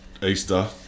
Easter